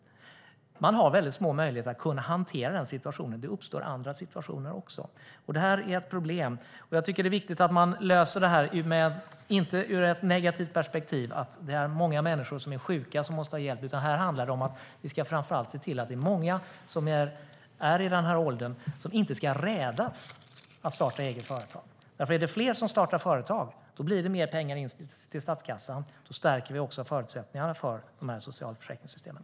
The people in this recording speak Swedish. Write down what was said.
Man har väldigt små möjligheter att hantera den här situationen, och det uppstår också andra situationer. Det här är ett problem. Jag tycker att det är viktigt att man inte löser det ur ett negativt perspektiv, att det är många människor som är sjuka som måste ha hjälp, utan här handlar det framför allt om att vi ska se till att många som redan är i den här åldern inte ska rädas att starta eget företag, för om det är fler som startar företag blir det mer pengar till statskassan. Det stärker också förutsättningarna för socialförsäkringssystemen.